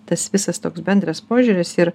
tas visas toks bendras požiūris ir